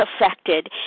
affected